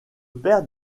père